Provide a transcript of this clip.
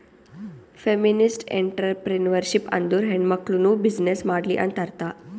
feminist entrepreneurship ಅಂದುರ್ ಹೆಣ್ಮಕುಳ್ನೂ business ಮಾಡ್ಲಿ ಅಂತ್ ಅರ್ಥಾ